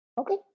Okay